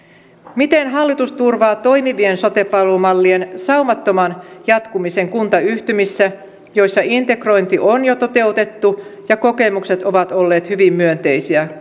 miten hallitus turvaa toimivien sote palvelumallien saumattoman jatkumisen kuntayhtymissä joissa integrointi on toteutettu ja kokemukset ovat olleet hyvin myönteisiä